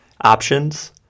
Options